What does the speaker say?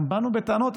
גם באנו בטענות,